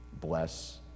bless